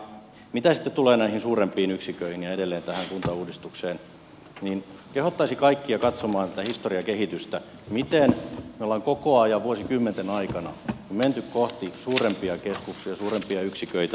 mitä sitten tulee näihin suurempiin yksiköihin ja edelleen tähän kuntauudistukseen niin kehottaisin kaikkia katsomaan historian kehitystä miten me olemme koko ajan vuosikymmenten aikana menneet kohti suurempia keskuksia suurempia yksiköitä